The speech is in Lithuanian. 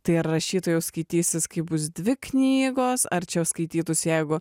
tai ar rašytoju skaitysis kai bus dvi knygos ar čia skaitytųsi jeigu